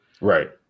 right